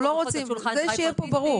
כדי שיהיה פה ברור,